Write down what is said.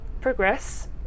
progress